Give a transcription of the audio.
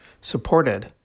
supported